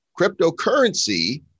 cryptocurrency